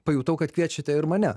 pajutau kad kviečiate ir mane